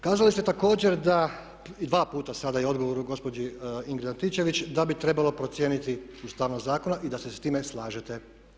Kazali ste također da, dva puta sada i u odgovoru gospođi Ingrid Antičević, da bi trebalo procijeniti ustavnost zakona i da se s time slažete.